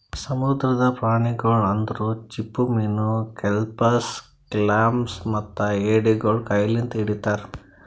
ಸಮುದ್ರದ ಪ್ರಾಣಿಗೊಳ್ ಅಂದುರ್ ಚಿಪ್ಪುಮೀನು, ಕೆಲ್ಪಸ್, ಕ್ಲಾಮ್ಸ್ ಮತ್ತ ಎಡಿಗೊಳ್ ಕೈ ಲಿಂತ್ ಹಿಡಿತಾರ್